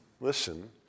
listen